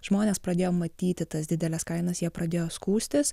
žmonės pradėjo matyti tas dideles kainas jie pradėjo skųstis